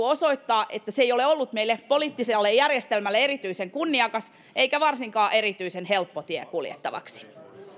osoittaa että se ei ole ollut meidän poliittiselle järjestelmällemme erityisen kunniakas eikä varsinkaan erityisen helppo tie kuljettavaksi